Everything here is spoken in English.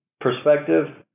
perspective